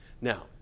Now